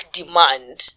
demand